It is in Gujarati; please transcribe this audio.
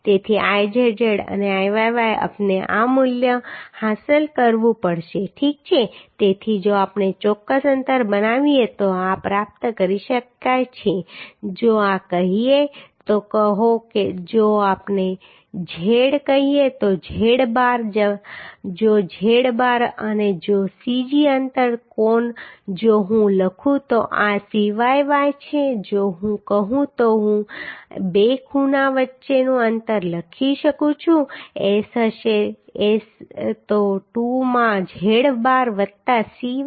તેથી Izz અને Iyy આપણે આ મૂલ્ય હાંસલ કરવું પડશે ઠીક છે તેથી જો આપણે ચોક્કસ અંતર બનાવીએ તો આ પ્રાપ્ત કરી શકાય છે જો આ કહીએ તો કહો જો આપણે z કહીએ તો z બાર જો z બાર અને જો Cg અંતર કોણ જો હું લખું તો આ Cyy છે જો હું કહું તો હું બે ખૂણા વચ્ચેનું અંતર લખી શકું છું S હશે S હશે 2 માં z બાર વત્તા Cyy